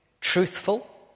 truthful